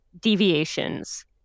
deviations